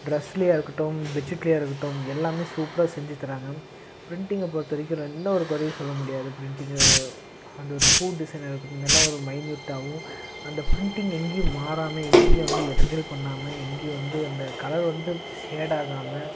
ட்ரெஸ்லையாக இருக்கட்டும் பெட்ஷீட்லையாக இருக்கட்டும் எல்லாமே சூப்பராக செஞ்சு தராங்க பிரிண்டிங்கை பொறுத்தவரைக்கும் எந்த ஒரு குறையும் சொல்ல முடியாது பிரிண்ட்டிங்கு அந்த ஒரு பூ டிசைனாக இருக்கட்டும் எல்லாம் ஒரு மைன்யூட்டாகவும் அந்த பிரிண்டிங் எங்கையும் மாறாமல் எங்கையும் இடைஞ்சல் பண்ணாமல் எங்கையும் வந்து அந்த கலர் வந்து ஷேடாகாமல்